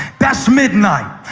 that's midnight.